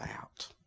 out